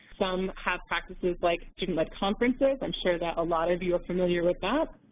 some have practices like student-led conferences i'm sure that a lot of you are familiar with that.